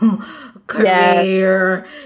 career